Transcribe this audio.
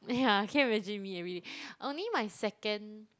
yeah can you imagine me everyday only my second